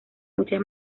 muchas